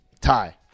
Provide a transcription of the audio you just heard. Tie